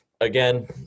Again